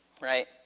right